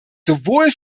sowohl